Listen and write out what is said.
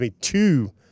two